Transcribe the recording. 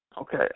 Okay